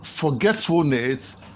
forgetfulness